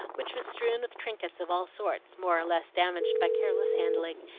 which was strewn with trinkets of all sorts, more or less damaged by careless handling,